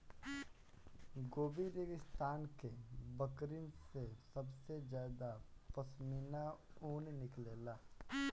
Gobi रेगिस्तान के बकरिन से सबसे ज्यादा पश्मीना ऊन निकलेला